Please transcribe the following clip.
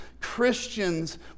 Christians